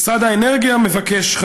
משרד האנרגיה מבקש לציין,